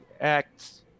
acts